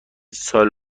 سال